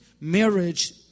marriage